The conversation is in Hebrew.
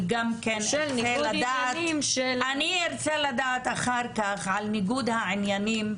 אני ארצה לדעת אחר כך על ניגוד העניינים,